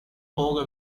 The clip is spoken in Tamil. போக